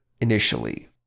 initially